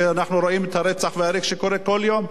ואנחנו רואים את הרצח וההרג שקורה כל יום.